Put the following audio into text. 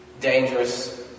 dangerous